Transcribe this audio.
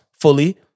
Fully